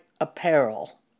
apparel